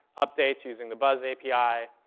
updates using the buzz api,